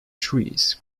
trees